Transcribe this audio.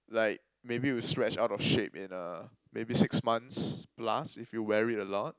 like maybe you stretch out of shape in uh maybe six months plus if you wear it a lot